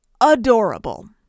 Adorable